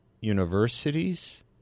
universities—